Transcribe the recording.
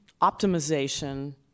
optimization